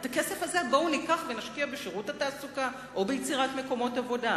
את הכסף הזה בואו ניקח ונשקיע בשירות התעסוקה או ביצירת מקומות עבודה,